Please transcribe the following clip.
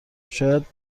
شاید